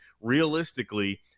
Realistically